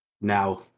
now